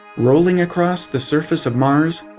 rolling across the surface of mars,